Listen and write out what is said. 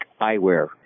Eyewear